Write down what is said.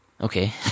Okay